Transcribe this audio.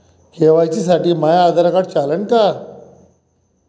KYC साठी माह्य Aadhaar card चालन का?